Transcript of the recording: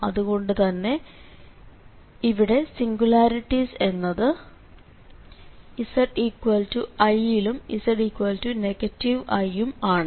അതുകൊണ്ടു തന്നെ ഇവിടെ സിംഗുലാരിറ്റീസ് എന്നത് zi യിലും z i യും ആണ്